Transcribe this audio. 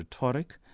rhetoric